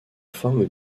forme